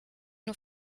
nur